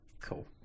cool